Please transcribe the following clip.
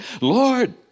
Lord